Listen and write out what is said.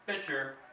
Pitcher